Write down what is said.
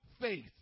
faith